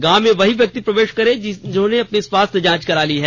गांव में वही व्यक्ति प्रवेश करे जिन्होंने अपनी स्वाास्थ्य जांच करा ली है